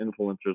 influencers